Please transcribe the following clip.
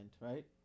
Right